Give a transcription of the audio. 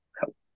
help